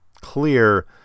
clear